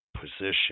position